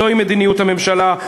זוהי מדיניות הממשלה,